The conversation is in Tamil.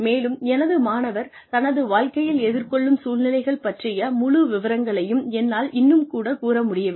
மேலும் எனது மாணவர் தனது வாழ்க்கையில் எதிர்கொள்ளும் சூழ்நிலைகள் பற்றிய முழு விவரங்களையும் என்னால் இன்னும் கூற முடியவில்லை